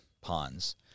ponds